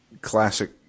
classic